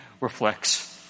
reflects